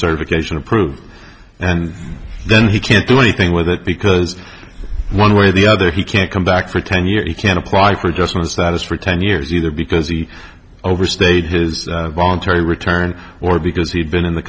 certification approved and then he can't do anything with it because one way or the other he can't come back for ten years he can apply for just one status for ten years either because he overstayed his terry return or because he'd been in the